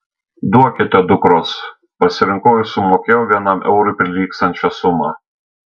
duokite dukros pasirinkau ir sumokėjau vienam eurui prilygstančią sumą